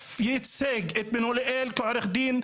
שאף ייצג את בן אוליאל כעורך דין,